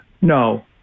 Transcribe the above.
No